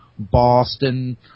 Boston